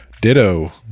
ditto